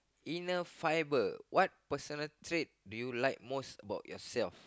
inner fiber what personal trait do you like most about yourself